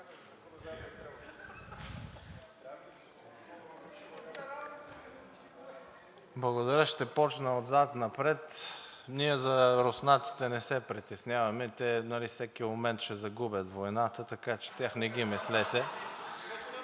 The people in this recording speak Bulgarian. Благодаря. Ще започна отзад напред. Ние за руснаците не се притесняваме. Те нали всеки момент ще загубят войната, така че тях не ги мислете.